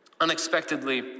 unexpectedly